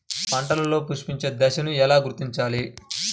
పంటలలో పుష్పించే దశను ఎలా గుర్తించాలి?